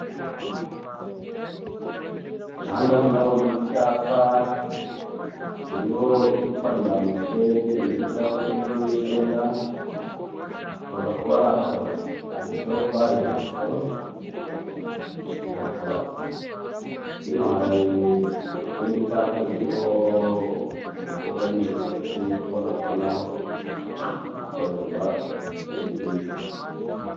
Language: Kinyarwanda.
Aha ngaha ndabona icyapa kiriho icupa rya amusiteri n'ikirahuri kirimo inzoga, hashobora kuba ari akabari, handitseho bare resito, ni akabari. Hino hari ikindi cyapa kiriho umukobwa n'imisatsi ushobora kubonaho, hakorerwa ubwiza.